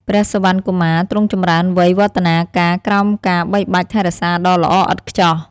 ព្រះសុវណ្ណកុមារទ្រង់ចម្រើនវ័យវឌ្ឍនាការក្រោមការបីបាច់ថែរក្សាដ៏ល្អឥតខ្ចោះ។